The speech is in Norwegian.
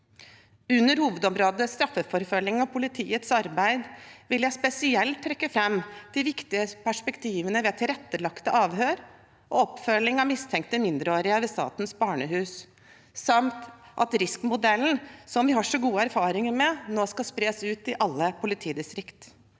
Under hovedområdet straffeforfølging og politiets arbeid vil jeg spesielt trekke fram de viktige perspektivene ved tilrettelagte avhør og oppfølging av mistenkte mindreårige ved Statens barnehus, samt at RISK-modellen, som vi har så gode erfaringer med, nå skal spres ut i alle politidistrikt.